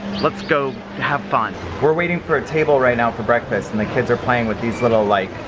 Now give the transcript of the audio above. let's go have fun. we're waiting for a table right now for breakfast, and the kids are playing with these little, like,